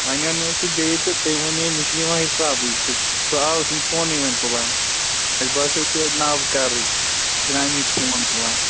ؤنۍ اَنیو سُہ بیٚیہِ تہِ تٔمۍ وُن ہے مےٚ چھِنہٕ یِوان حِسابٕے سُہ ژاو سُہ چھُنہٕ فونٕے ؤنۍ تُلان اَسہِ باسیو سُہ نابہٕ کارٕے چھُنہٕ أمی فون تُلان